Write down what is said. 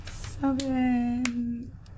Seven